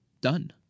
done